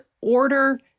order